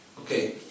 okay